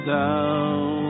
down